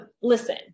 listen